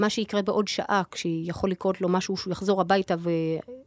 מה שיקרה בעוד שעה כשיכול לקרות לו משהו שהוא יחזור הביתה ו...